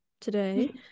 today